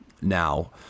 Now